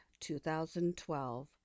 2012